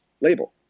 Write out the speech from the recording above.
label